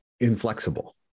inflexible